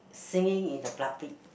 singing in the